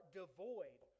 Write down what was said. devoid